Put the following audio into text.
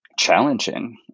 challenging